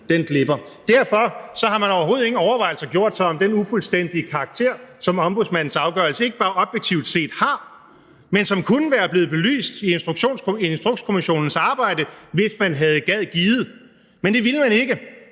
glipper. Derfor har man overhovedet ingen overvejelser gjort sig om den ufuldstændige karakter, som Ombudsmandens afgørelse objektivt set har, og som kunne være blevet belyst i Instrukskommissionens arbejde, hvis man havde gidet. Men det gjorde man ikke,